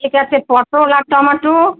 ঠিক আছে পটল আর টমাটো